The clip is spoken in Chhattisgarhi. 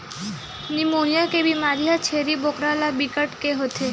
निमोनिया के बेमारी ह छेरी बोकरा ल बिकट के होथे